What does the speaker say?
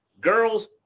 Girls